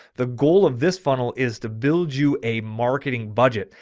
the goal of this funnel is to build you a marketing budget.